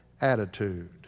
attitude